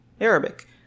Arabic